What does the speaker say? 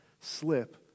slip